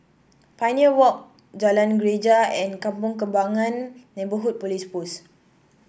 Pioneer Walk Jalan Greja and Kampong Kembangan Neighbourhood Police Post